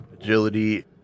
Agility